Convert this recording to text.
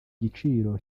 giciro